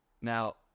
Now